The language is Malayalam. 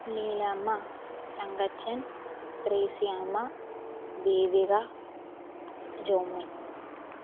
ലീലാമ്മ തങ്കച്ചൻ ത്രേസ്യാമ്മ ദേവിക ജോമോൻ